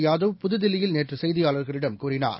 யாதவ் புதுதில்லியில் நேற்றுசெய்தியாளர்களிடம் கூறினார்